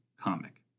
comic